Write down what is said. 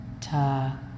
ta